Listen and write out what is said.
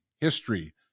history